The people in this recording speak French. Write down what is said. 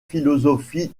philosophie